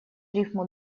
рифму